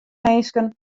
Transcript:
minsken